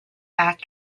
back